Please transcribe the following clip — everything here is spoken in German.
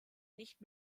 nicht